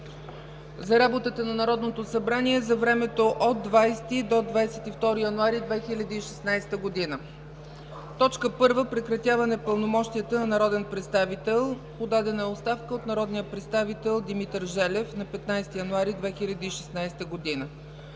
за работата на Народното събрание за времето от 20 до 22 януари 2016 г. 1. Прекратяване пълномощията на народен представител. Подадена е оставка от народния представител Димитър Желев на 15 януари 2016 г.